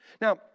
Now